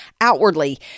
outwardly